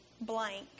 blank